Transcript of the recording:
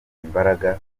imbaraga